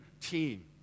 team